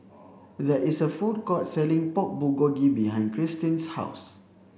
there is a food court selling Pork Bulgogi behind Cristine's house